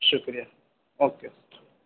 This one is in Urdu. شکریہ اوکے